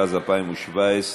התשע"ז 2017,